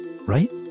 right